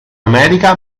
america